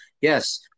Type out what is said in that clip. yes